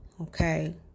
okay